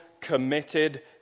committed